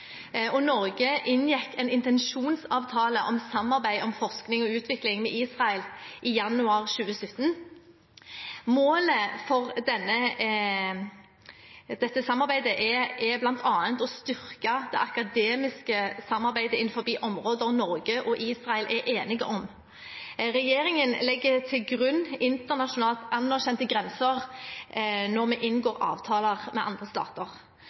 og kunnskapsmiljøer. Norge inngikk en intensjonsavtale om samarbeid om forskning og utvikling med Israel i januar 2017. Målet for dette samarbeidet er bl.a. å styrke det akademiske samarbeidet innenfor områder Norge og Israel er enige om. Regjeringen legger til grunn internasjonalt anerkjente grenser når vi inngår avtaler med andre stater.